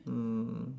mm